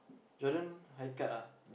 children high cut lah